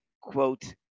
quote